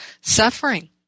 suffering